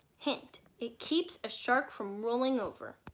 hint it keeps a shark from rolling over